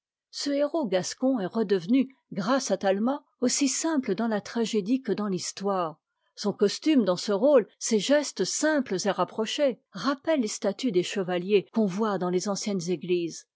ce héros gascon est redevenu grâce à talma aussi simple dans la tragédie que dans l'histoire son costume dans ce rôle ses gestes simples et rapprochés rappellent les statues des chevaliers qu'on voit dans les anciennes églises